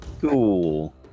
Cool